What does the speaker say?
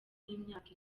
n’imyaka